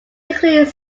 include